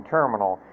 Terminal